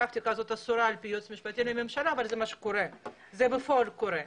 הפרקטיקה הזאת אסורה על פי היועץ המשפטי לממשלה אבל זה בפועל קורה.